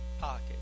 pocket